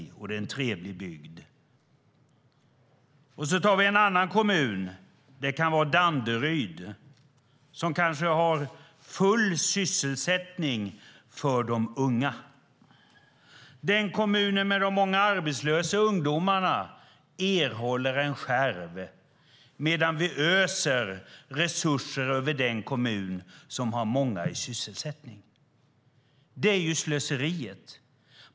Det är en trevlig bygd. Så tar vi en annan kommun. Det kan vara Danderyd, som kanske har full sysselsättning för de unga. Kommunen med de många arbetslösa ungdomarna erhåller en skärv, medan vi öser resurser över den kommun som har många i sysselsättning. Det är slöseriet.